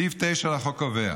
סעיף 9 לחוק קובע